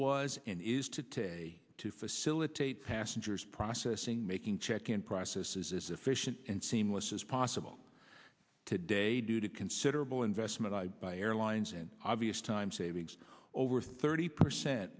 was and is today to facilitate passengers processing making check and processes efficient and seamless as possible today due to considerable investment by airlines an obvious time savings over thirty percent